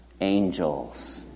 angels